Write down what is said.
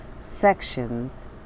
sections